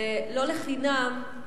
ולא לחינם,